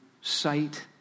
sight